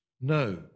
no